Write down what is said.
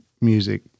music